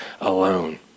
alone